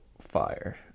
fire